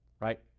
right